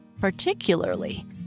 particularly